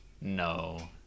No